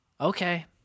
Okay